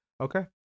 okay